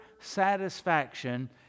satisfaction